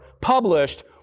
published